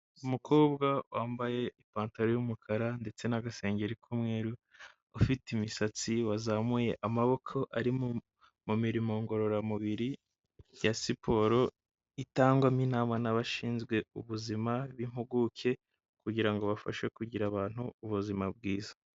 Umukobwa wambaye ipantaro y'umukara ndetse n'agasengenge k'umweru ufite imisatsi wazamuye amaboko, ari mu mirimo ngororamubiri ya siporo itangwamo inama n'abashinzwe ubuzima b'impuguke kugira ngo bafashe kugira abantu ubuzima bwiza.